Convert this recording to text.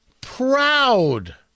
Proud